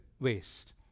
waste